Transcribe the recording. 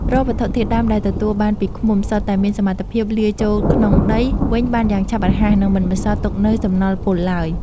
រាល់វត្ថុធាតុដើមដែលទទួលបានពីឃ្មុំ សុទ្ធតែមានសមត្ថភាពរលាយចូលក្នុងដីវិញបានយ៉ាងឆាប់រហ័ស និង មិនបន្សល់ទុកនូវសំណល់ពុលឡើយ។